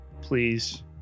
please